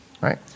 Right